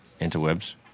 interwebs